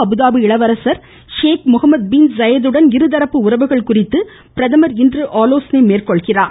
Abu Dhabi இளவரசர் Sheikh Mohammed bin Zayed உடன் இருதரப்பு உறவுகள் குறித்து பிரதமர் ஆலோசனை மேற்கொள்கிறார்